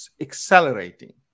accelerating